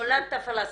נולדת פלשתיני.